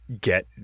get